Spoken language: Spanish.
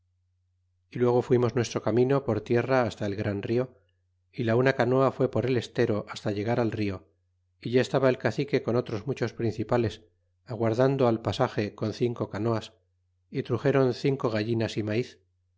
y luego fuimos nuestro camino por tierra hasta el gran rio y la una canoa fué por el estero hasta llegar al rio é ya estaba el cacique con otros muchos principales aguardando al pasaje con cinco canoas y truxéron cinco gallinas y maíz